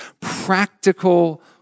practical